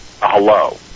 hello